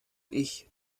ich